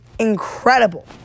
Incredible